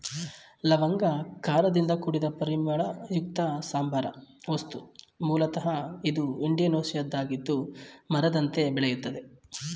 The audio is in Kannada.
ಲವಂಗ ಖಾರದಿಂದ ಕೂಡಿದ ಪರಿಮಳಯುಕ್ತ ಸಾಂಬಾರ ವಸ್ತು ಮೂಲತ ಇದು ಇಂಡೋನೇಷ್ಯಾದ್ದಾಗಿದ್ದು ಮರದಂತೆ ಬೆಳೆಯುತ್ತದೆ